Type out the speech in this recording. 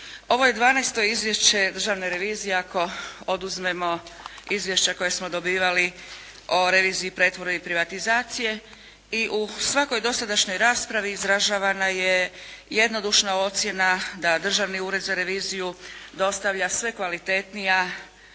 dvanaesto izvješće državne revizije ako oduzmemo izvješća koja smo dobivali o reviziji, pretvorbi i privatizaciji. I u svakoj dosadašnjoj raspravi izražavana je jednodušna ocjena da Državni ured za reviziju dostavlja sve kvalitetnija